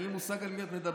אין לי מושג על מי את מדברת.